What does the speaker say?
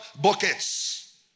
buckets